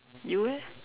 you eh